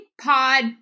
pod